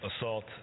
assault